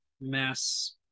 mass